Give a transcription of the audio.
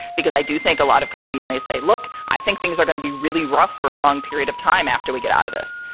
because i do think a lot of companies may say, look, i think things are going to be really rough for a long period of time after we get out of this.